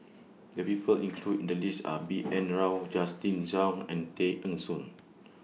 The People included in The list Are B N Rao Justin Zhuang and Tay Eng Soon